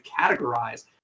categorize